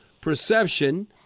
perception